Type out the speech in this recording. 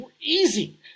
easy